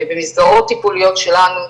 במסגרות הטיפוליות שלנו.